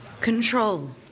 Control